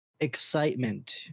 excitement